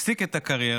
הפסיק את הקריירה